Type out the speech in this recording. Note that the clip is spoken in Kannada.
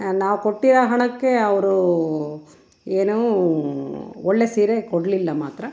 ನಾವು ಕೊಟ್ಟಿರೋ ಹಣಕ್ಕೆ ಅವರು ಏನೂ ಒಳ್ಳೆಯ ಸೀರೆ ಕೊಡಲಿಲ್ಲ ಮಾತ್ರ